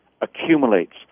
accumulates